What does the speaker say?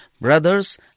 brothers